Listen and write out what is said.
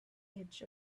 edge